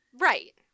Right